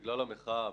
בגלל המחאה,